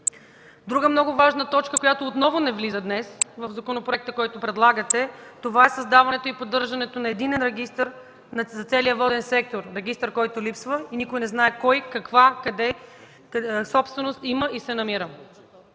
Друга много важна точка, която отново не влиза днес в законопроекта, който предлагате, е създаването и поддържането на единен регистър на целия воден сектор – регистър, който липсва и никой не знае кой, каква собственост има и къде се намира.